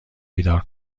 بیدار